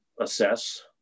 assess